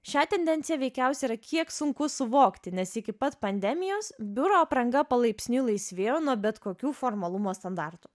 šią tendenciją veikiausiai yra kiek sunku suvokti nes iki pat pandemijos biuro apranga palaipsniui laisvėjo nuo bet kokių formalumo standartų